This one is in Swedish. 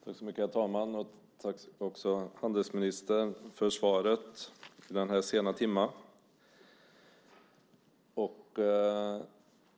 Herr talman! Tack för svaret, handelsministern, i denna sena timme.